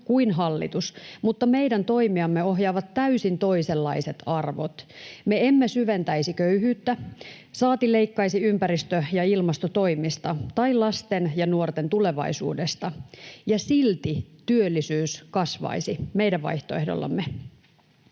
kuin hallitus, mutta meidän toimiamme ohjaavat täysin toisenlaiset arvot. Me emme syventäisi köyhyyttä saati leikkaisi ympäristö- ja ilmastotoimista tai lasten ja nuorten tulevaisuudesta, ja silti työllisyys kasvaisi meidän vaihtoehdollamme.